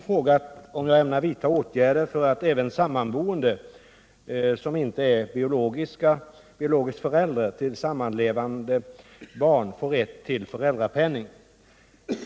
408, och anförde: Herr talman!